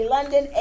London